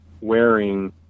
wearing